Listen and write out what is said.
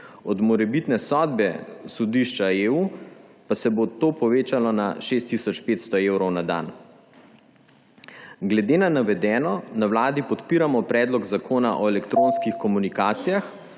od morebitne sodbe sodišča EU pa se bo to povečalo na 6 tisoč 500 evrov na dan. Glede na navedeno na vladi podpiramo Predlog zakona o elektronskih komunikacijah,